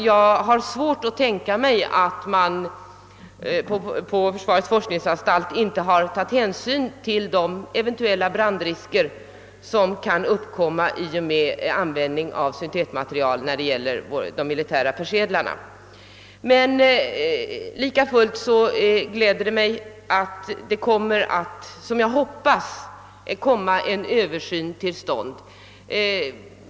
Jag har svårt att tänka mig att man på försvarets forskningsanstalt inte har tagit hänsyn till de eventuella brandrisker som kan uppkomma i och med användning av syntetmaterial i de militära persedlarna. Det gläder mig alltså att det — som jag hoppas — kommer en översyn till stånd.